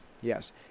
Yes